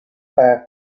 bed